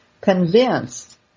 Convinced